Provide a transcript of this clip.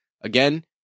Again